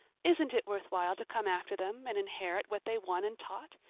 isn't it worthwhile to come after them and inherit what they won and taught?